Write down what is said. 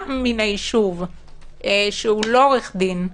לאדם מהישוב שאינו עורך דין,